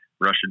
Russia